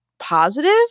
positive